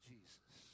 Jesus